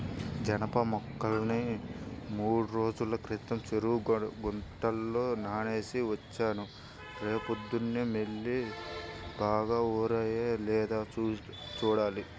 జనప మొక్కల్ని మూడ్రోజుల క్రితం చెరువు గుంటలో నానేసి వచ్చాను, రేపొద్దన్నే యెల్లి బాగా ఊరాయో లేదో చూడాలి